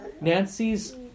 Nancy's